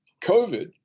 COVID